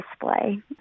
display